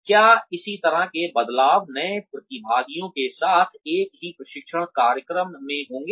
क्या इसी तरह के बदलाव नए प्रतिभागियों के साथ एक ही प्रशिक्षण कार्यक्रम में होंगे